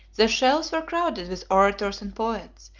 the shelves were crowded with orators and poets,